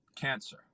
cancer